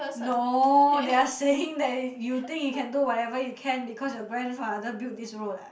no they are saying that you think you can do whatever you can because your grandfather build this road ah